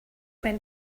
when